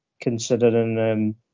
considering